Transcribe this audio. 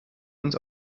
uns